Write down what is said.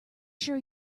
sure